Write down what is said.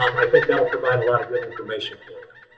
um i think that will provide a lot of good information for you.